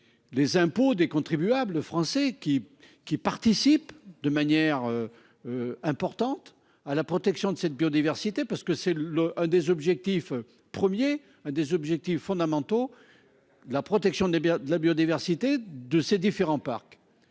Les impôts des contribuables français qui, qui participent de manière. Importante à la protection de cette biodiversité, parce que c'est le un des objectifs premiers. Un des objectifs fondamentaux. La protection des biens de la biodiversité de ces différents parcs.